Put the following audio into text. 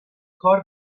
کار